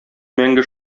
мәңге